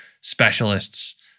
specialists